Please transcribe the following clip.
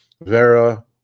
Vera